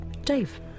Dave